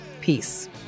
Peace